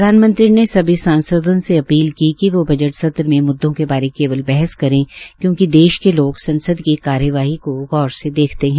प्रधानमंत्री ने सभी सांसदों से अपील की कि वो बजट सत्र में मुददो के बारे केवल बहस करें क्योंकि देश के लोग संसद की कार्यवाही को गौर से देखते है